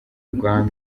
rwa